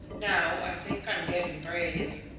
now i think i am getting brave.